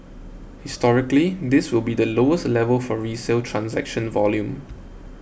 historically this will be the lowest level for resale transaction volume